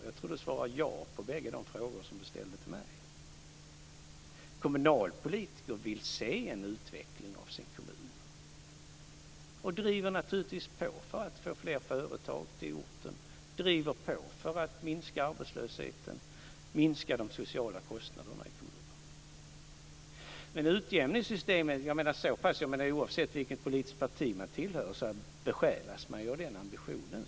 Jag tror att han svarar ja på bägge de frågor som han ställde till mig. Kommunalpolitiker vill se en utveckling av sin kommun och driver naturligtvis på för att få fler företag till orten, för att minska arbetslösheten och för att minska de sociala kostnaderna i kommunen. Oavsett vilket politiskt parti man tillhör besjälas man som kommunalpolitiker av den ambitionen.